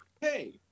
hey